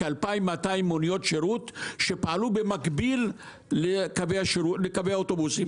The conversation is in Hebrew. את 2,200 מוניות השירות שפעלו במקביל לקווי האוטובוסים,